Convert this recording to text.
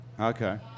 Okay